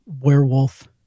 werewolf